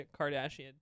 Kardashian